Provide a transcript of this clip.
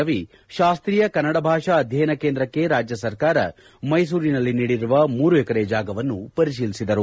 ರವಿ ಶಾಸ್ತ್ರೀಯ ಕನ್ನಡ ಭಾಷಾ ಅಧ್ಯಯನ ಕೇಂದ್ರಕ್ಕೆ ರಾಜ್ಯ ಸರ್ಕಾರ ಮೈಸೂರಿನಲ್ಲಿ ನೀಡಿರುವ ಮೂರು ಎಕರೆ ಜಾಗವನ್ನು ಪರಿಶೀಲಿಸಿದರು